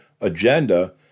agenda